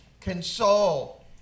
Console